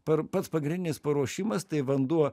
per pats pagrindinis paruošimas tai vanduo